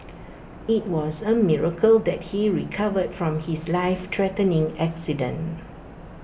IT was A miracle that he recovered from his lifethreatening accident